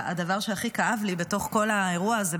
הדבר שהכי כאב לי בתוך כל האירוע הזה,